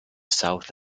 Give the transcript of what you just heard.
south